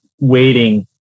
waiting